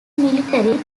military